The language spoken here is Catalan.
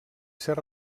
ser